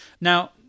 Now